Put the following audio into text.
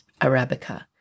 arabica